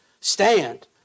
Stand